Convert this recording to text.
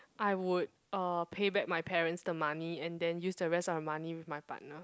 I would uh pay back my parents the money and then use the rest of my money with my partner